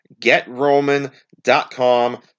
GetRoman.com